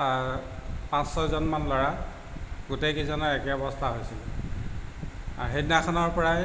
পাঁচ ছজনমান ল'ৰা গোটেইকেইজনৰ একে অৱস্থা হৈছিল আৰু সেইদিনাখনৰ পৰাই